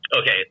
Okay